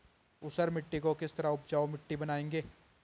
ऊसर मिट्टी को किस तरह उपजाऊ मिट्टी बनाएंगे?